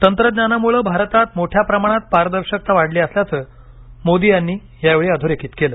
तंत्रज्ञानामुळे भारतात मोठ्या प्रमाणात पारदर्शकता वाढली असल्याचं मोदी यांनी यावेळी अधोरेखित केलं